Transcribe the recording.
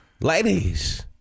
ladies